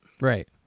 Right